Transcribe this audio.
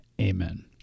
Amen